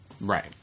Right